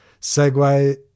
segue